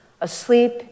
asleep